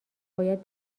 باید